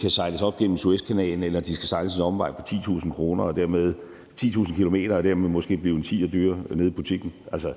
kan sejles op gennem Suezkanalen eller skal sejles en omvej på 10.000 km og dermed måske bliver en tier dyrere nede i butikken. Det